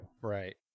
Right